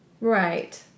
Right